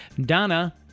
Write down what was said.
Donna